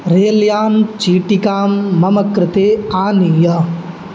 रेल्यानचीटिकां मम कृते आनय